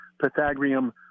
Pythagorean